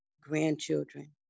grandchildren